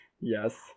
yes